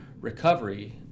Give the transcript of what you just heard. recovery